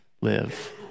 live